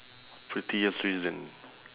pettiest reason